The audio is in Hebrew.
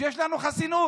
ויש לנו חסינות.